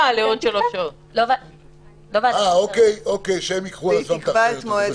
ועדת השרים, אוקיי, שהם ייקחו על עצמם את זה.